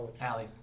Allie